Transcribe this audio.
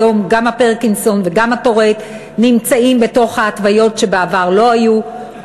היום גם הפרקינסון וגם הטורט נמצאים בתוך ההתוויות שבעבר לא היו,